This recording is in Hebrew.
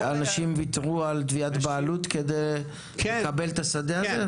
אנשים ויתרו על תביעת בעלות כדי לקבל את השדה הזה?